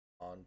on